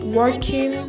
working